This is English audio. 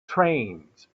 trains